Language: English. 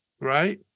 Right